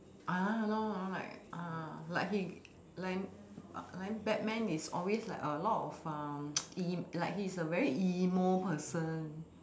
uh no no no no like uh like he like batman is always like a lot of um e~ like he is a very emo person